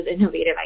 innovative